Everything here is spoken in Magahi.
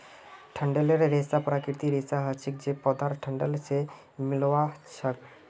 डंठलेर रेशा प्राकृतिक रेशा हछे जे पौधार डंठल से मिल्आ छअ